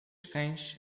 cães